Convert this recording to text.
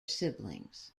siblings